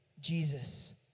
Jesus